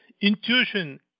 intuition